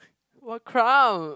what crown